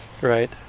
right